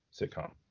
sitcom